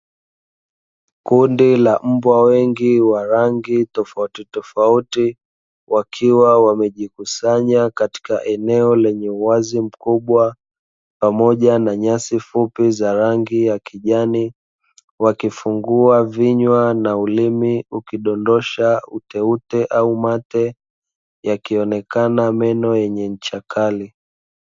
Kundi la mbwa wengi wa rangi tofautitofauti, wakiwa wamejikusanya katika eneo lenye uwazi mkubwa pamoja na nyasi fupi za rangi ya kijani, wakifungua vinywa na ulimi ukidondosha uteute au mate, yakionekana meno yenye ncha kali.